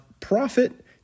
profit